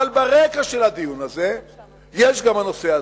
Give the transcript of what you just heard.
אבל ברקע של הדיון הזה יש גם הנושא הזה.